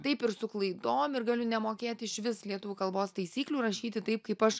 taip ir su klaidom ir galiu nemokėti išvis lietuvių kalbos taisyklių rašyti taip kaip aš